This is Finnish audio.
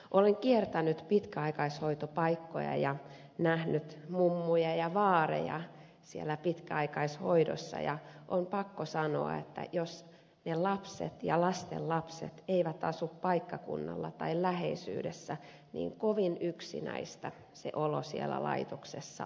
olen kiertänyt pitkäaikaishoitopaikkoja ja nähnyt mummuja ja vaareja siellä pitkäaikaishoidossa ja on pakko sanoa että jos ne lapset ja lastenlapset eivät asu paikkakunnalla tai läheisyydessä niin kovin yksinäistä se olo siellä laitoksessa on